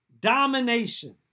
domination